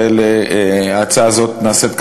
וההצעה הזאת נעשית,